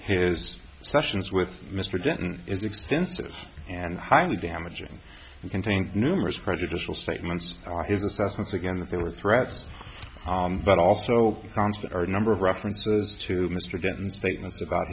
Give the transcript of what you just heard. his sessions with mr denton is extensive and highly damaging to contain numerous prejudicial statements are his assessments again that there were threats but also constant are a number of references to mr denton statements about